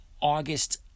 August